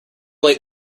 late